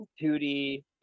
2d